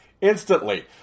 instantly